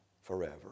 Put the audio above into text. forever